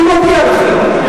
אני מודיע לכם,